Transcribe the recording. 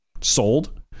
Sold